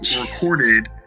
recorded